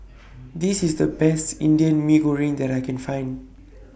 This IS The Best Indian Mee Goreng that I Can Find